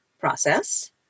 process